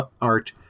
art